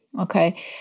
Okay